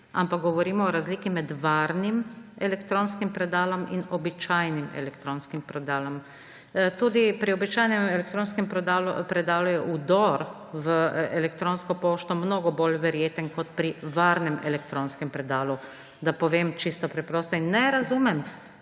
ampak govorimo o razliki med varnim elektronskim predalom in običajnim elektronskim predalom. Tudi pri običajnem elektronskem predalu je vdor v elektronsko pošto mnogo bolj verjeten kot pri varnem elektronskem predalu, da povem čisto preprosto, in ne razumem,